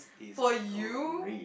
for you